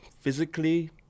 physically